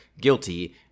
guilty